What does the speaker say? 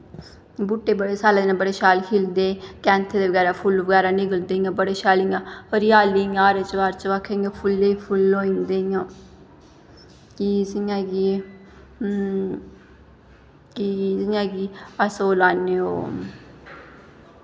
बूह्टे बड़े स्यालें दिनें बड़े शैल खिलदे कैंथें दे बगैरा फुल्ल बगैरा निकलदे इ'यां बड़े शैल इ'यां हरेयाली इ'यां चार चबक्खै इ'यां फुल्लें दे फुल्ल होई जंदे इ'यां कि इ'यां कि कि कि जियां कि अस ओह् लान्ने ओह्